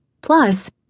Plus